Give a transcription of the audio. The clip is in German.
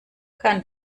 kann